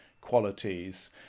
qualities